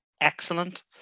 excellent